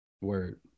Word